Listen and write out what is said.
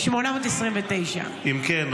אם כן,